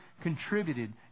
contributed